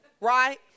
right